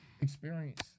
Experience